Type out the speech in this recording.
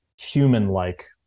human-like